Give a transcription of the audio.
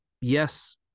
yes